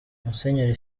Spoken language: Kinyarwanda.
musenyeri